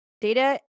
Data